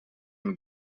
and